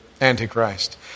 Antichrist